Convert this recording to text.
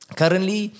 currently